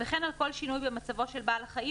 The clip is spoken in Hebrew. וכן על כל שינוי במצבו של בעל החיים